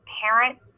parent